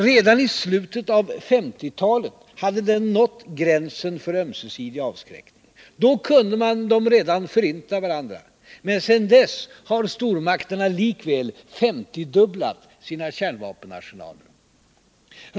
Redan i slutet av 1950-talet hade den nått gränsen för ömsesidig avskräckning. Redan då kunde de förinta varandra. Men sedan denna tid har stormakterna likväl 50-faldigat sina kärnvapenarsenaler.